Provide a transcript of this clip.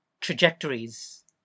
trajectories